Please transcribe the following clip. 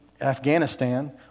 Afghanistan